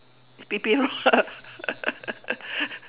P_P_U lah